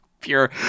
pure